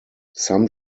some